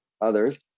others